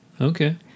Okay